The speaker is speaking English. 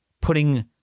putting